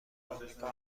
آمریکا